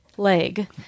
Leg